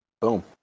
Boom